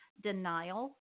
denial